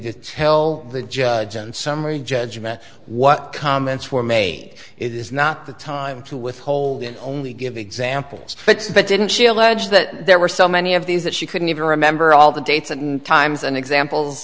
to tell the judge and summary judgment what comments were made it is not the time to withhold it only give examples but but didn't she allege that there were so many of these that she couldn't even remember all the dates and times and examples